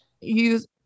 use